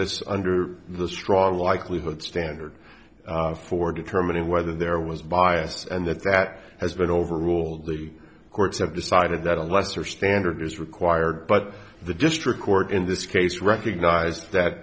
this under the strong likelihood standard for determining whether there was bias and that that has been overruled lead courts have decided that a lesser standard is required but the district court in this case recognized that